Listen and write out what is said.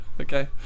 okay